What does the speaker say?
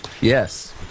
Yes